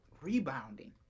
rebounding